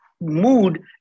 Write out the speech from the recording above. mood